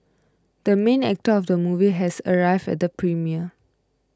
the main actor of the movie has arrived at the premiere